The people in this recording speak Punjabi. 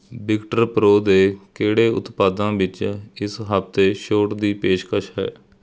ਵਿਕਟਰਪ੍ਰੋ ਦੇ ਕਿਹੜੇ ਉਤਪਾਦਾਂ ਵਿੱਚ ਇਸ ਹਫ਼ਤੇ ਛੋਟ ਦੀ ਪੇਸ਼ਕਸ਼ ਹੈ